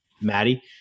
Maddie